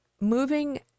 moving